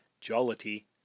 jollity